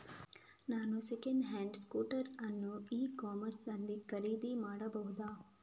ನಾನು second hand tractor ಅನ್ನು e commerce ನಲ್ಲಿ ಖರೀದಿ ಮಾಡಬಹುದಾ?